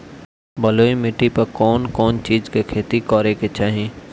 बलुई माटी पर कउन कउन चिज के खेती करे के चाही?